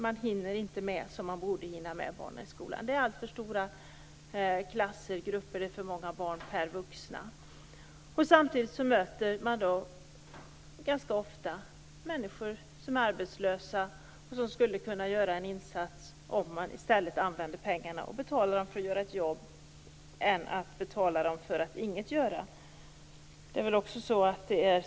Man hinner inte med barnen i skolan på det sätt som man borde. Klasserna/grupperna är alltför stora - det är för många barn per vuxen. Samtidigt möter jag ganska ofta människor som är arbetslösa och som skulle kunna göra en insats om pengarna användes till att betala dessa människor för att de gör ett jobb; detta i stället för att betala dem för att ingenting göra.